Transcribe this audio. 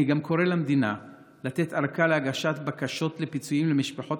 אני גם קורא למדינה לתת ארכה להגשת בקשות לפיצויים למשפחות